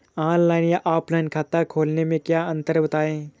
Online या offline खाता खोलने में क्या अंतर है बताएँ?